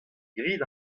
grit